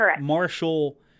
Marshall –